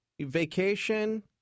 Vacation